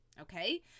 Okay